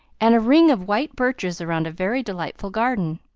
and a ring of white birches around a very delightful garden.